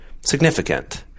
significant